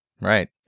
Right